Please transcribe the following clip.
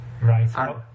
Right